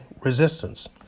resistance